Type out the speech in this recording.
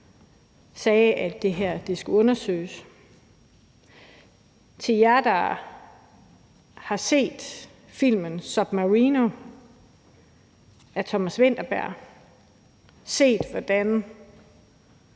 sagde, at det her skulle undersøges. Jer, der har set filmen »Submarino« af Thomas Vinterberg, har